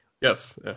Yes